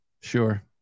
Sure